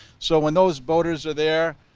so when those boaters are there,